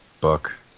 book